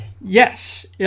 Yes